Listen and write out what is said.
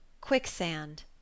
Quicksand